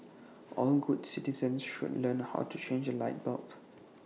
all good citizens should learn how to change A light bulb